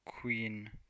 Queen